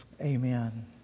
Amen